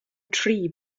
tree